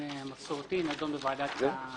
ההמלצה של היועץ המשפטי היתה להעביר את הדיון לוועדת החוקה.